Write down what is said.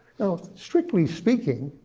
strictly speaking,